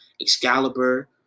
Excalibur